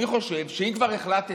אני חושב שאם כבר החלטת